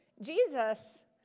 Jesus